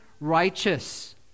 righteous